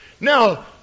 Now